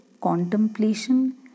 contemplation